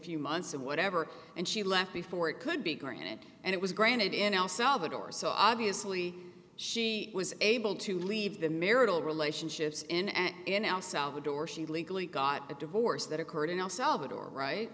few months or whatever and she left before it could be granted and it was granted in el salvador so obviously she was able to leave the marital relationships in and in el salvador she legally got a divorce that occurred in el salvador right